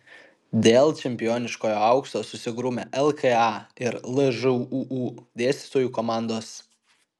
dėl čempioniškojo aukso susigrūmė lka ir lžūu dėstytojų komandos